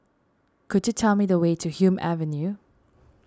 could you tell me the way to Hume Avenue